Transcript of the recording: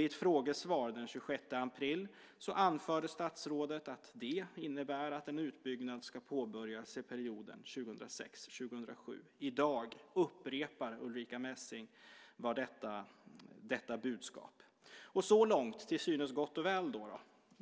I ett frågesvar den 26 april anförde statsrådet: Det innebär att en utbyggnad ska påbörjas under perioden 2006-2007. I dag upprepar Ulrica Messing detta budskap. Så långt är det till synes gott och väl.